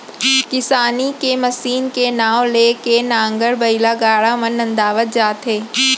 किसानी के मसीन के नांव ले के नांगर, बइला, गाड़ा मन नंदावत जात हे